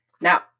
Now